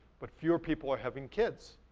but fewer people are having kids.